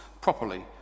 properly